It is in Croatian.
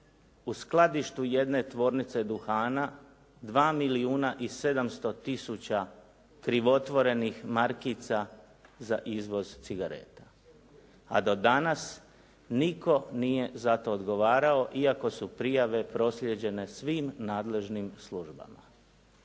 u skladištu jedne tvornice duhana 2 milijuna i 700 tisuća krivotvorenih markica za izvoz cigareta. A do danas nitko nije za to odgovarao, iako su prijave proslijeđene svim nadležnim službama.